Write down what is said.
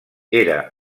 era